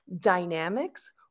dynamics